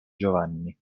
giovanni